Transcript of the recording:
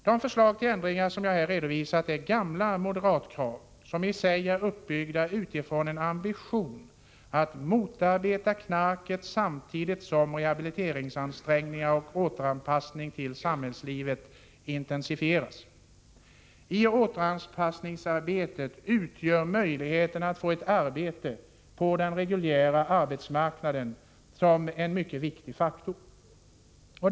De förslag till ändringar som jag här redovisat är gamla moderatkrav, som i sig är uppbyggda med utgångspunkt i en ambition att motarbeta knarket samtidigt som rehabiliteringsansträngningarna och återanpassningen till samhällslivet intensifieras. I återanpassningsarbetet är utsikten att få ett arbete på den reguljära arbetsmarknaden en mycket viktig faktor.